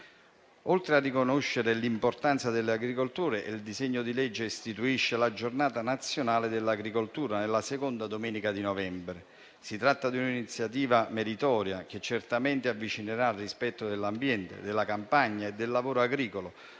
Oltre a riconoscere l'importanza dell'agricoltore, il disegno di legge istituisce la Giornata nazionale dell'agricoltura nella seconda domenica di novembre. Si tratta di un'iniziativa meritoria, che certamente avvicinerà al rispetto dell'ambiente, della campagna e del lavoro agricolo